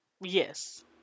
Yes